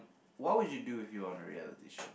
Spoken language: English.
what would you do if you are on the way out of this should